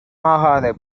ஆகாத